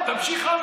ברעננה.